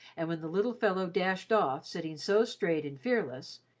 and when the little fellow dashed off, sitting so straight and fearless,